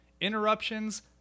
Interruptions